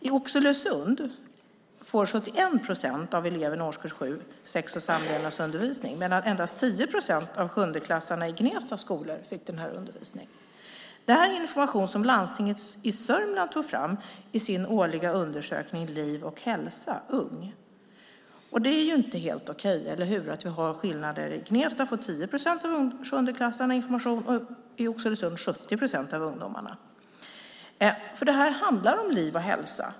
I Oxelösund får 71 procent av eleverna i årskurs 7 sex och samlevnadsundervisning medan endast 10 procent av sjundeklassarna i Gnestas skolor fick den här undervisningen. Det här är information som Landstinget Sörmland tog fram i sin årliga undersökning Liv och Hälsa ung. Och det är ju inte helt okej, eller hur, att vi har skillnader mellan Gnesta, där 10 procent av sjundeklassarna får information, och Oxelösund, där 70 procent av ungdomarna får det. Det här handlar om liv och hälsa.